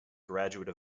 graduate